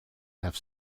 have